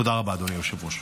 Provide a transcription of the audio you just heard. תודה רבה, אדוני היושב-ראש.